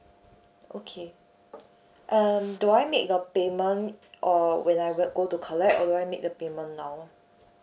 okay um do I make the payment or when I we~ go to collect or do I make the payment now